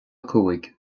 cúig